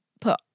put